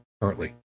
currently